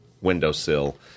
windowsill